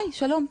היי, שלום.